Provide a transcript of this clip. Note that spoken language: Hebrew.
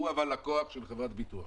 אבל הוא לקוח של חברת ביטוח.